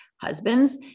Husbands